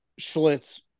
Schlitz